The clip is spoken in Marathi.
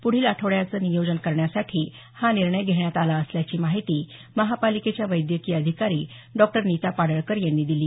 पुढील आठवड्याचे नियोजन करण्यासाठी हा निर्णय घेण्यात आला असल्याची माहिती महापालिकेच्या वैद्यकीय अधिकारी डॉ नीता पाडळकर यांनी दिली